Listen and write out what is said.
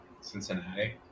Cincinnati